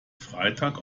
freitag